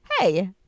hey